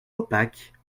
opaque